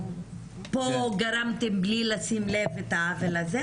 פה גרמתם בלי לשים לב את העוול הזה,